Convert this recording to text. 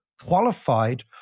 qualified